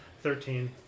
Thirteen